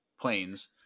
planes